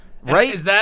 Right